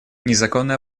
незаконный